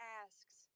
asks